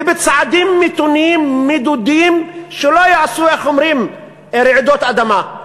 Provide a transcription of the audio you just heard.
ובצעדים מתונים, מדודים, שלא יעשו רעידות אדמה.